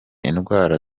indwara